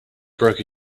broke